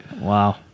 Wow